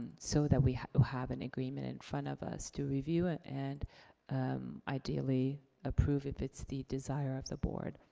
so that we have an agreement in front of us to review, and ideally, approve, if it's the desire of the board.